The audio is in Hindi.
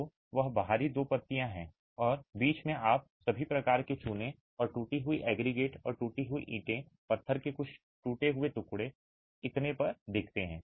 तो वह बाहरी दो पत्तियां हैं और बीच में आप सभी प्रकार के चूने और टूटी हुई एग्रीगेट और टूटी हुई ईंटें पत्थर के टूटे हुए टुकड़े और इतने पर देखते हैं